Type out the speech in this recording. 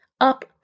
Up